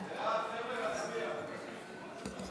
ההצעה להעביר את הצעת חוק הרשויות המקומיות (בחירת ראש